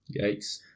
yikes